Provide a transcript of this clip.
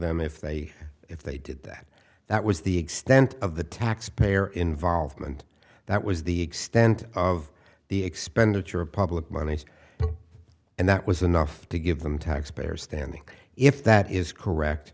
them if they if they did that that was the extent of the taxpayer involvement that was the extent of the expenditure of public monies and that was enough to give them taxpayer standing if that is correct